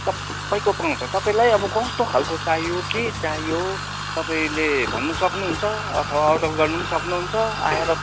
सबैको पाउँछ तपाईँलाई अब कस्तो खाले चाहियो के चाहियो तपाईँले भन्नु सक्नु हुन्छ अथवा अर्डर गर्नु सक्न हुन्छ आएर तपाईँ